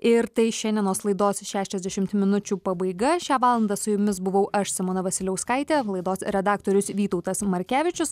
ir tai šiandienos laidos šešiasdešimt minučių pabaiga šią valandą su jumis buvau aš simona vasiliauskaitė laidos redaktorius vytautas markevičius